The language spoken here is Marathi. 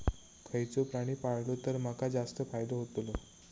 खयचो प्राणी पाळलो तर माका जास्त फायदो होतोलो?